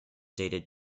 dated